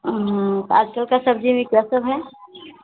आजकल की सब्ज़ी भी क्या सब है